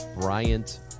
Bryant